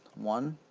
one.